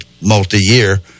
multi-year